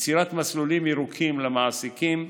יצירת "מסלולים ירוקים" למעסיקים,